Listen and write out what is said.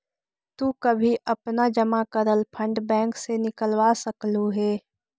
तु कभी अपना जमा करल फंड बैंक से निकलवा सकलू हे